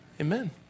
Amen